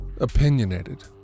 opinionated